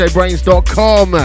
DJBrains.com